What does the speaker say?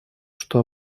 что